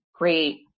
Great